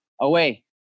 away